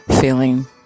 feeling